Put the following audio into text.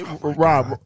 Rob